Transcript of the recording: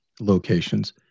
locations